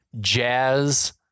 jazz